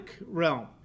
realm